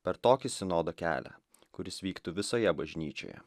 per tokį sinodo kelią kuris vyktų visoje bažnyčioje